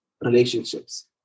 relationships